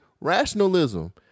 rationalism